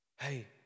Hey